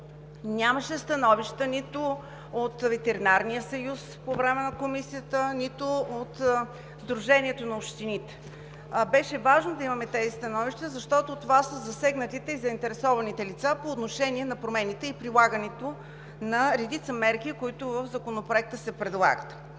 нямаше становища нито от Ветеринарния съюз, нито от Сдружението на общините. Беше важно да имаме тези становища, защото това са засегнатите и заинтересованите лица по отношение на промените и прилагането на редица мерки, които се предлагат